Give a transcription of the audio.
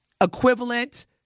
equivalent